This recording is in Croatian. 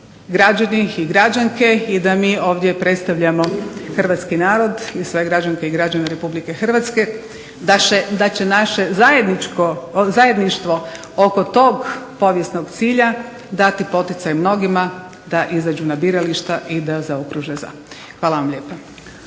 građani i građanke i da mi ovdje predstavljamo hrvatski narod i sve građanke i građane Republike Hrvatske, da će naše zajedništvo oko tog povijesnog cilja dati poticaj mnogima da izađu na birališta i da zaokruže za. Hvala vam lijepa.